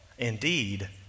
Indeed